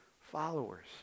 followers